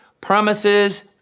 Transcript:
promises